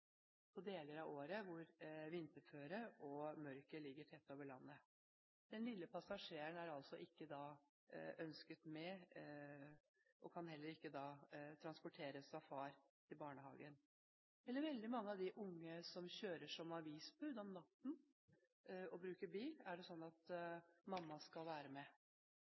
deler av året hvor vinterføret og mørket ligger tett over landet. Den lille passasjeren er altså ikke ønsket med og kan heller ikke transporteres av far til barnehagen. Det er også veldig mange av de unge som kjører som avisbud om natten, som bruker bil – er det sånn at mamma skal være med?